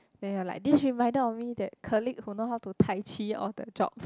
then you are like this reminded of me that colleague that know how to Taichi all the job